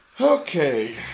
Okay